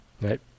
right